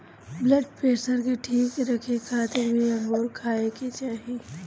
blood pressure के ठीक रखे खातिर भी अंगूर खाए के चाही